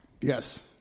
Yes